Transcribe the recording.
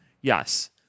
Yes